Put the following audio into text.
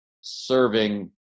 serving